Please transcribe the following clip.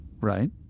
Right